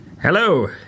Hello